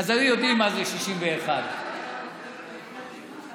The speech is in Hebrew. אז היו יודעים מה זה 61. מה?